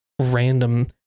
random